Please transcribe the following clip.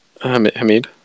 Hamid